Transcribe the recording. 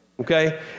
Okay